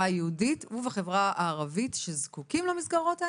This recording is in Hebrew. היהודית ובחברה הערבית שזקוקים למסגרות האלה?